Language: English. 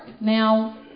Now